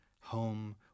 home